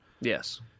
Yes